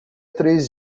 três